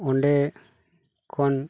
ᱚᱰᱮ ᱠᱷᱚᱱ